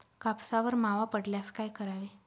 कापसावर मावा पडल्यास काय करावे?